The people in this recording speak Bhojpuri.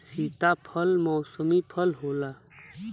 सीताफल मौसमी फल होला